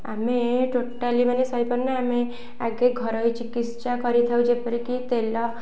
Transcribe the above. ଆମେ ଟୋଟାଲି ମାନେ ସହି ପାରୁନୁ ଆମେ ଆଗେ ଘରୋଇ ଚିକିତ୍ସା କରିଥାଉ ଯେପରିକି ତେଲ